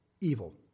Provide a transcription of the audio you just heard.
evil